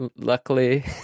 luckily